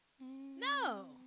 No